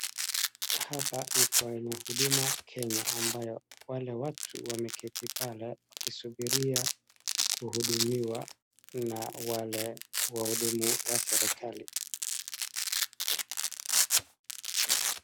Hapa ni kwenye Huduma Kenya ambayo wale watu wameketi pale wakisubiria kuhudumiwa na wale wahudumu wa serikali.